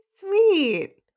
Sweet